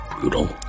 brutal